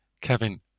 Kevin